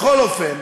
בכל אופן,